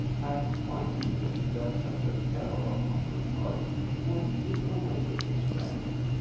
and why do you think that such a peril upon your part would do away with this dragon?